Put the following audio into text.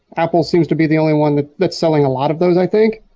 apple seems to be the only one that's selling a lot of those. i think.